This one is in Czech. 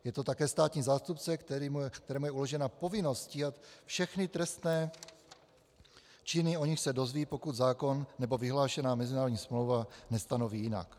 Je to také státní zástupce, kterému je uložena povinnost stíhat všechny trestné činy, o nichž se dozví, pokud zákon nebo vyhlášená mezinárodní smlouva nestanoví jinak.